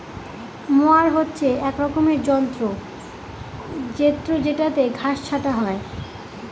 mower হচ্ছে এক রকমের যন্ত্র জেত্রযেটাতে ঘাস ছাটা হয়